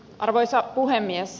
arvoisa puhemies